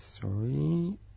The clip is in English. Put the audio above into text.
Sorry